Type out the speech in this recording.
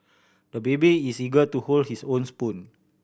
the baby is eager to hold his own spoon